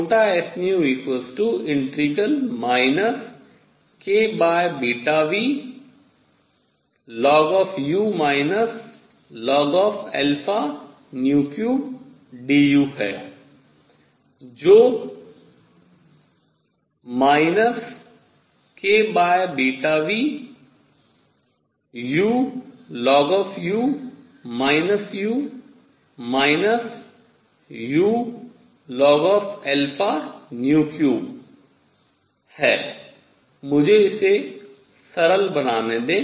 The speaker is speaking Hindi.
छोटा s kβνlnu lnα3du जो kβνulnu u ulnα3 है मुझे इसे सरल बनाने दें